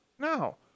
No